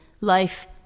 life